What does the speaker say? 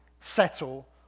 settle